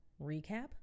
recap